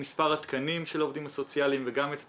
הגדלנו את מספר התקנים של העובדים הסוציאליים וגם את התקציבים.